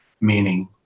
Meaning